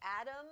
Adam